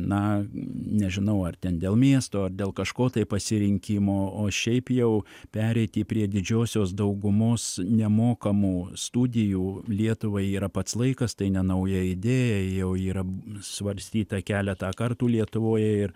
na nežinau ar ten dėl miesto ar dėl kažko tai pasirinkimo o šiaip jau pereiti prie didžiosios daugumos nemokamų studijų lietuvai yra pats laikas tai ne nauja idėja jau yra svarstyta keletą kartų lietuvoje ir